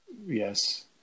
Yes